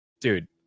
dude